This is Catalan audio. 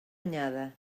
anyada